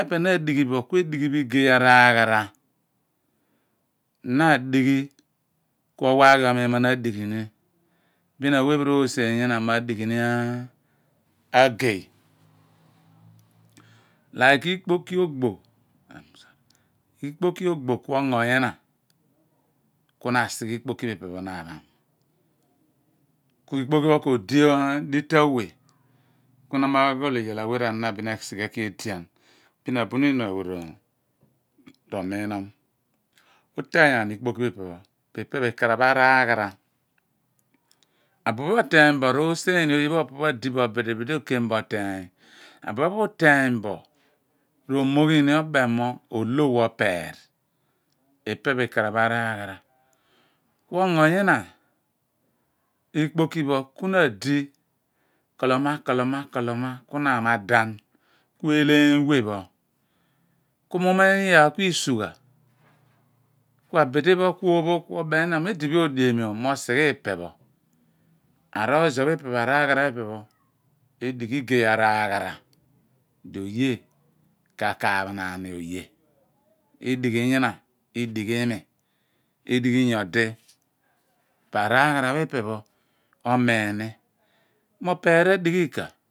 Iyaar pho epe na adighi bo ku alighi bo igay araghara na adighi ku owaghi omun mo na adighi bin awe pho r'oseeny ina mo na adighi ni ayeny like ikpoki ogbo ikpoki ogbo ku ongo ina ku na asighe ikpoki pho ipe na apham, ku ikpoki pho k'odi dila awe ku na ma aghol iyal awe r'ana bin nyina esighe eki edian bin abuniin awe r'omiinom u/teeny aani ikpoki pho ife ipe pho ikaaph araghara abuph oteeny bo r'oseeny oye pho adi bo buli, buli okem bo oteeny abuon pho u/teeny bo romighi ni obem mo ooloo opeev, ipe pho ikaraph araghara ku ongo nyina ikpoki pho ku na adi kolona koloma, koloma ku na amadai ku eleeny we pho ku mughan eeny. Iyaar bin ku isugha ku abidi pho ku ophogh ku obem mo idipho odremom mo sighe ipe pho, aroozol pho, araaghara pho ipe pho adighi ogey araaghara di oge kaaph naan oye adighi nyina, adighi iimi adighi ngodi pa araaghara pho ipe pho omiin ni mo opeer adighi ika?